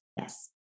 Yes